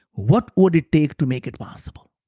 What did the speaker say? what would it take to make it possible?